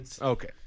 Okay